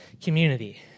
community